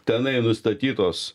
tenai nustatytos